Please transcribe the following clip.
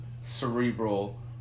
cerebral